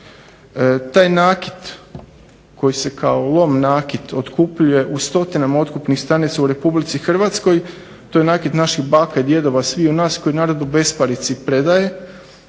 Taj nakit koji se kao lom nakit otkupljuje u stotinama otkupnih stanica u RH to je nakit naših baka i djedova sviju nas koji narod u besparici predaje,